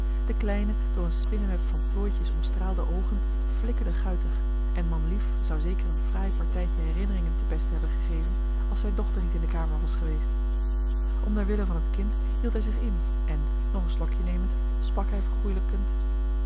de kleine door een spinneweb van plooitjes omstraalde oogen flikkerden guitig en manlief zou zeker een fraai partijtje herinneringen ten beste hebben gegeven als zijn dochter niet in de kamer was geweest om der wille van het kind hield hij zich in en nog een slokje nemend sprak